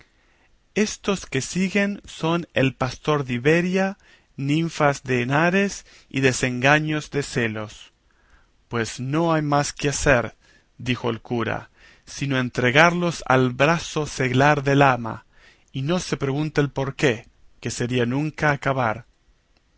estos que se siguen son el pastor de iberia ninfas de henares y desengaños de celos pues no hay más que hacer dijo el cura sino entregarlos al brazo seglar del ama y no se me pregunte el porqué que sería nunca acabar